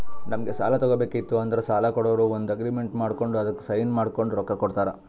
ನಮ್ಗ್ ಸಾಲ ತಗೋಬೇಕಿತ್ತು ಅಂದ್ರ ಸಾಲ ಕೊಡೋರು ಒಂದ್ ಅಗ್ರಿಮೆಂಟ್ ಮಾಡ್ಕೊಂಡ್ ಅದಕ್ಕ್ ಸೈನ್ ಮಾಡ್ಕೊಂಡ್ ರೊಕ್ಕಾ ಕೊಡ್ತಾರ